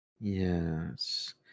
Yes